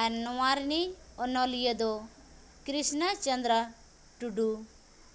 ᱟᱨ ᱱᱚᱣᱟ ᱨᱤᱱᱤᱡ ᱚᱱᱚᱞᱤᱭᱟᱹ ᱫᱚ ᱠᱨᱤᱥᱱᱚ ᱪᱚᱱᱫᱽᱨᱚ ᱴᱩᱰᱩ